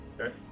Okay